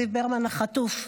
זיו ברמן החטוף,